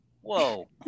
whoa